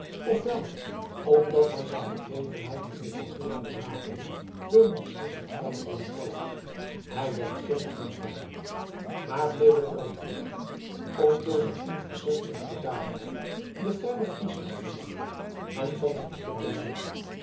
wel omdat hij zijn bedrevenheid in het hanteeren der wapenen door een beslissend feit wilde toonen hij werd geen aanvaller maar bleef het er op toeleggen om door zijn onverzettelijke bedaardheid den fellen fries af te matten en van zijn stuk te brengen